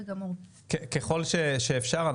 ככל שאפשר,